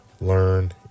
learn